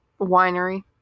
winery